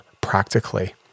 practically